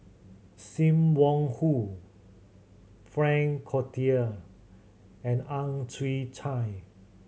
Sim Wong Hoo Frank Cloutier and Ang Chwee Chai